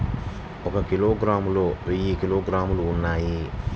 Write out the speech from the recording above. ఒక కిలోగ్రామ్ లో వెయ్యి గ్రాములు ఉన్నాయి